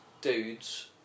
dudes